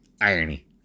irony